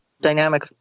dynamic